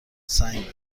سنگ